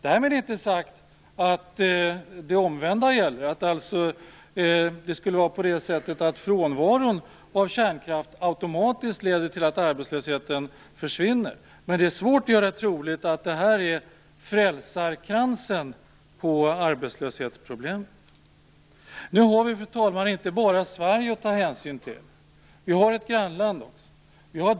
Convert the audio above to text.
Därmed inte sagt att det omvända gäller, att frånvaron av kärnkraft automatiskt skulle leda till att arbetslösheten försvinner. Men det är svårt att göra troligt att kärnkraften är arbetslöshetsproblemets frälsarkrans. Nu har vi, fru talman, inte bara Sverige att ta hänsyn till. Vi har ett grannland också.